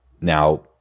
Now